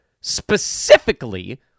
specifically